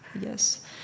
yes